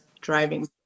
driving